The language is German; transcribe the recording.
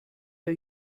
der